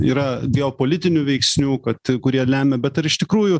yra geopolitinių veiksnių kad kurie lemia bet ar iš tikrųjų